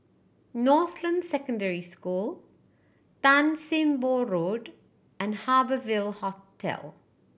Northland Secondary School Tan Sim Boh Road and Harbour Ville Hotel